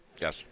Yes